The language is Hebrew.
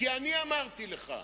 כי אני אמרתי לך.